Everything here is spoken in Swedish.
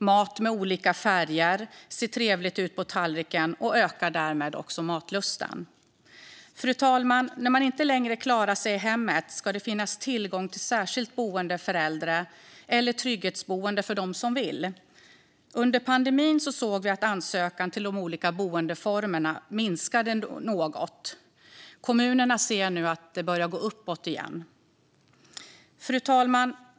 Mat med olika färger ser trevligt ut på tallriken och ökar därmed också matlusten. Fru talman! När man inte längre klarar sig i hemmet ska det finnas tillgång till särskilt boende för äldre eller trygghetsboenden för dem som vill. Under pandemin såg vi att ansökningarna till de olika boendeformerna minskade något. Kommunerna ser nu att det börjar gå uppåt igen. Fru talman!